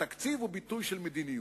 התקציב הוא ביטוי של מדיניות.